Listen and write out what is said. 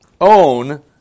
own